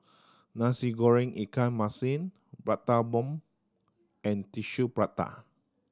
Nasi Goreng ikan masin Prata Bomb and Tissue Prata